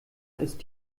ist